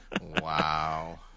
Wow